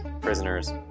prisoners